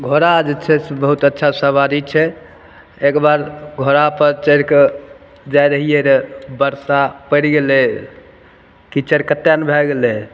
घोड़ा जे छै से बहुत अच्छा सवारी छै एकबेर घोड़ापर चढ़िके जाइ रहिए रै बरसा पड़ि गेलै कीचड़ कतेक ने भै गेलै